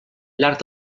llarg